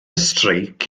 streic